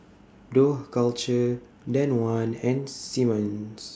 Dough Culture Danone and Simmons